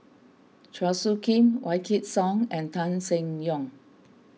Chua Soo Khim Wykidd Song and Tan Seng Yong